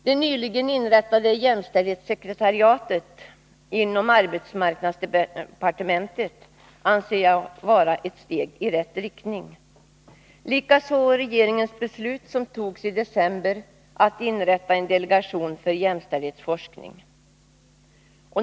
Det nyligen inrättade jämställdhetssekretariatet inom arbetsmarknadsdepartementet anser jag vara ett steg i rätt riktning, likaså regeringens beslut i december att inrätta en delegation för jämställdhetsforskning.